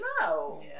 no